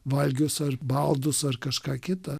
valgius ar baldus ar kažką kitą